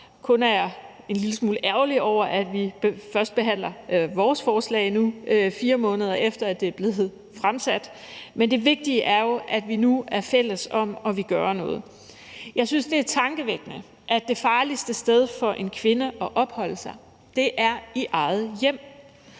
smule ærgerlig over, at vi først behandler vores forslag nu, 4 måneder efter at det er blevet fremsat. Men det vigtige er jo, at vi nu er fælles om at ville gøre noget. Jeg synes, det er tankevækkende, at det farligste sted for en kvinde at opholde sig er i eget hjem,